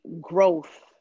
growth